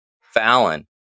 Fallon